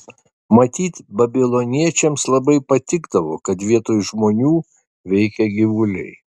matyt babiloniečiams labai patikdavo kad vietoj žmonių veikia gyvuliai